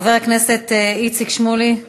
חבר הכנסת איציק שמולי,